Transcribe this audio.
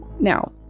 Now